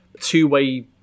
two-way